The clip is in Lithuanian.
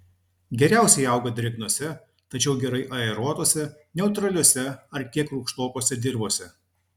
geriausiai auga drėgnose tačiau gerai aeruotose neutraliose ar kiek rūgštokose dirvose